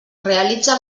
realitza